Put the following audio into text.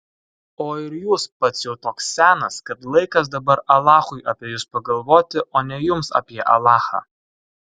o ir jūs pats jau toks senas kad laikas dabar alachui apie jus pagalvoti o ne jums apie alachą